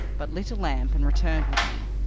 but lit a lamp and returned with me,